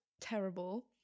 terrible